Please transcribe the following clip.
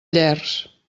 llers